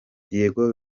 diego